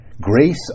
Grace